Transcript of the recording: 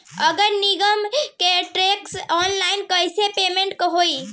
नगर निगम के टैक्स ऑनलाइन कईसे पेमेंट होई?